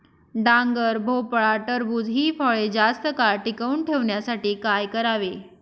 डांगर, भोपळा, टरबूज हि फळे जास्त काळ टिकवून ठेवण्यासाठी काय करावे?